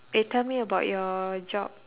eh tell me about your job